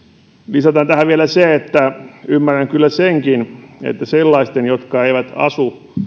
lisätään tähän vielä se että ymmärrän kyllä senkin että sellaisten jotka eivät asu siellä